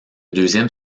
deuxième